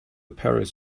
paris